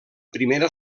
primera